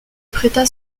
prêta